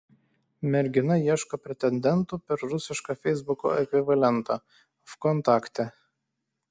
mergina ieško pretendentų per rusišką feisbuko ekvivalentą vkontakte